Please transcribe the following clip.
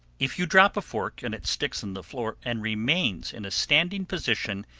if you drop a fork, and it sticks in the floor and remains in a standing position,